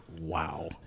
wow